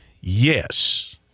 yes